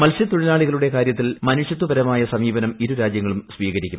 മത്സ്യത്തൊഴിലാളികളുടെ കാര്യത്തിൽ മനുഷ്യത്വപരമായ സമീപനം ഇരു രാജ്യങ്ങളും സ്വീകരിക്കും